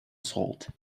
salt